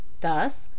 Thus